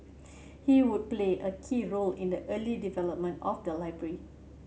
he would play a key role in the early development of the library